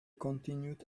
continued